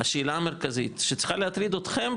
השאלה המרכזית שצריכה להטריד אותכם,